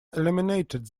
eliminated